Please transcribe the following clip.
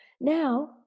Now